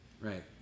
right